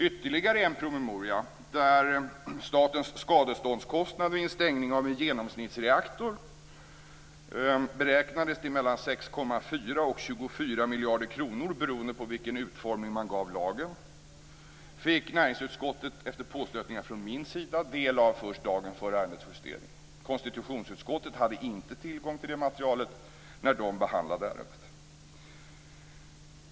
Ytterligare en promemoria, där statens skadeståndskostnader vid en stängning av en gensomsnittsreaktor beräknades till mellan 6,4 och 24 miljarder kronor beroende på vilken utformning man gav lagen, fick näringsutskottet efter påstötningar från min sida del av först dagen före arbetsjusteringen. Konstitutionsutskottet hade inte tillgång till det materialet när det behandlade ärendet.